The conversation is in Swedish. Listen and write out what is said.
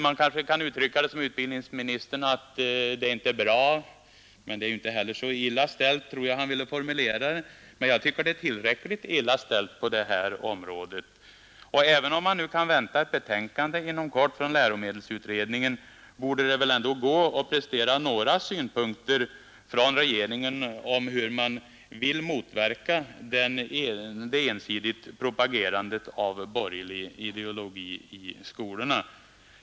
Man kanske kan säga som jag tror att utbildningsministern vill göra, att det inte är bra men att det heller inte är sa illa ställt. Men jag tycker det är tillräckligt illa ställt på detta omrade Även om vi kan vänta ett betänkande från läromedelsutredningen inom kort borde väl regeringen kunna prestera några synpunkter på hur man skall motverka det ensidiga propagerandet av borgerlig ideologi i skolorna.